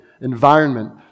environment